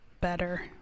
better